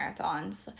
marathons